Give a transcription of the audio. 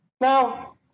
Now